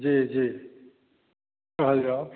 जी जी कहल जाउ